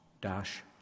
dash